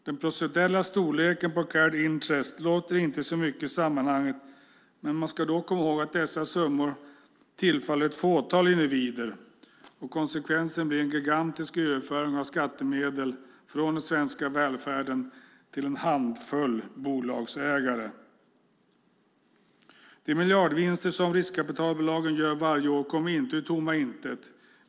Den procentuella storleken på carried interest låter inte så mycket i sammanhanget, men man ska då komma ihåg att dessa summor tillfaller ett fåtal individer. Konsekvensen blir en gigantisk överföring av skattemedel från den svenska välfärden till en handfull bolagsägare. De miljardvinster som riskkapitalbolagen gör varje år kommer inte ur tomma intet.